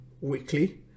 weekly